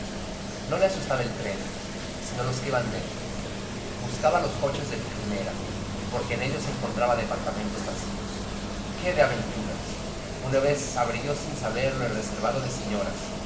no le asustaba el tren sino los que iban dentro buscaba los coches de primera porque en ellos encontraba departamentos vacíos qué de aventuras una vez abrió sin saberlo el reservado de señoras